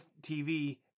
TV